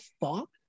fuck